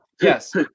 Yes